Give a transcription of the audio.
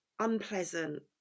Unpleasant